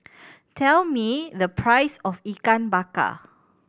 tell me the price of Ikan Bakar